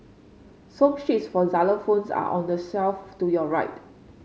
song sheets for xylophones are on the shelf to your right